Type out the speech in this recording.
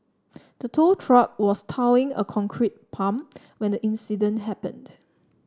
the tow truck was towing a concrete pump when the incident happened